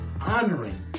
honoring